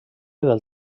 del